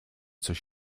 coś